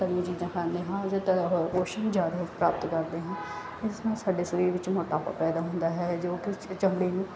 ਤਲੀਆਂ ਚੀਜਾਂ ਖਾਂਦੇ ਹਾਂ ਜਾਂ ਤਲਿਆ ਹੋਇਆ ਕੁਛ ਵੀ ਜ਼ਿਆਦਾ ਪ੍ਰਾਪਤ ਕਰਦੇ ਹਾਂ ਜਿਸ ਨਾਲ ਸਾਡੇ ਸਰੀਰ ਵਿੱਚ ਮੋਟਾਪਾ ਪੈਦਾ ਹੁੰਦਾ ਹੈ ਜੋ ਕਿ ਚਮੜੀ ਨੂੰ